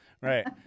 Right